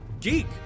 geek